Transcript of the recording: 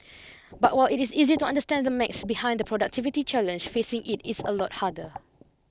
but while it is easy to understand the maths behind the productivity challenge fixing it is a lot harder